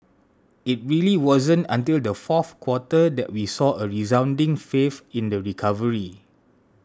it really wasn't until the fourth quarter that we saw a resounding faith in the recovery